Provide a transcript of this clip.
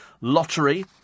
lottery